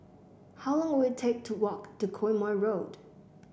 how long will it take to walk to Quemoy Road